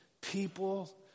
people